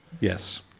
Yes